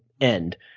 end